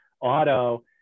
auto